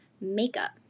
makeup